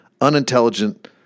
unintelligent